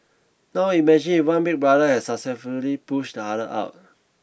now imagine if one big brother has successfully pushed the other out